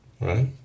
right